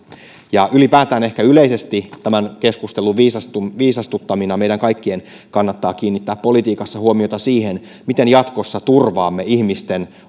ja ylipäätään ehkä yleisesti tämän keskustelun viisastuttamina meidän kaikkien kannattaa kiinnittää politiikassa huomiota siihen miten jatkossa turvaamme ihmisten